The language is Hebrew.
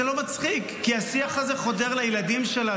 זה לא מצחיק, כי השיח הזה חודר לילדים שלנו.